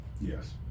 Yes